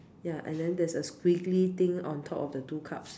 ya and then there's a squiggly thing on top of the two cups